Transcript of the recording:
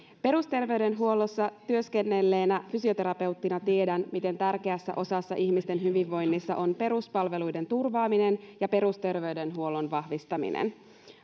perusterveydenhuollossa työskennelleenä fysioterapeuttina tiedän miten tärkeässä osassa ihmisten hyvinvoinnissa on peruspalveluiden turvaaminen ja perusterveydenhuollon vahvistaminen